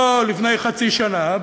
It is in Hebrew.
לפני חצי שנה,